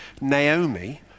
Naomi